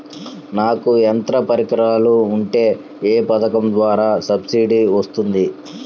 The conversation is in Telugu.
నాకు యంత్ర పరికరాలు ఉంటే ఏ పథకం ద్వారా సబ్సిడీ వస్తుంది?